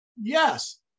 yes